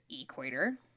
equator